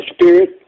spirit